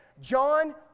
John